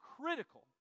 critical